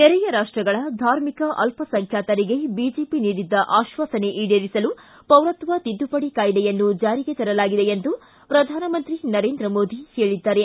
ನೆರೆಯ ರಾಷ್ಟಗಳ ಧಾರ್ಮಿಕ ಅಲ್ಪಸಂಖ್ಯಾತರಿಗೆ ಬಿಜೆಪಿ ನೀಡಿದ್ದ ಆಶ್ವಾಸನೆ ಈಡೇರಿಸಲು ಪೌರತ್ವ ತಿದ್ದುಪಡಿ ಕಾಯ್ದೆಯನ್ನು ಜಾರಿಗೆ ತರಲಾಗಿದೆ ಎಂದು ಪ್ರಧಾನಮಂತ್ರಿ ನರೇಂದ್ರ ಮೋದಿ ಹೇಳಿದ್ದಾರೆ